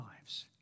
lives